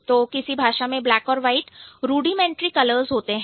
तो किसी भाषा में ब्लैक और वाइट रुडीमेंट्री कलर्स होते हैं